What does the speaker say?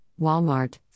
Walmart